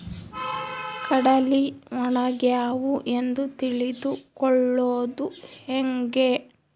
ಕಡಲಿ ಒಣಗ್ಯಾವು ಎಂದು ತಿಳಿದು ಕೊಳ್ಳೋದು ಹೇಗೆ?